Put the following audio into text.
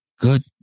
good